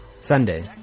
Sunday